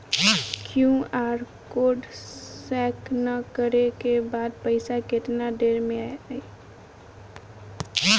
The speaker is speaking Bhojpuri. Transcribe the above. क्यू.आर कोड स्कैं न करे क बाद पइसा केतना देर म जाई?